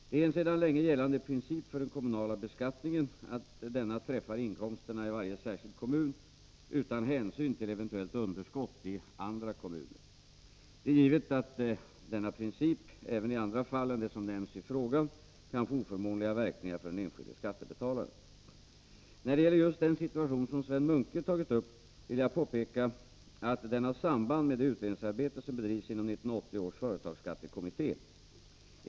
Det är en sedan länge gällande princip för den kommunala beskattningen att denna träffar inkomsterna i varje särskild kommun utan hänsyn till eventuellt underskott i andra kommuner. Det är givet att denna princip — även i andra fall än det som nämns i frågan — kan få oförmånliga verkningar för den enskilde skattebetalaren. När det gäller just den situation som Sven Munke tagit upp vill jag påpeka att den har samband med det utredningsarbete som bedrivs inom 1980 års företagsskattekommitté.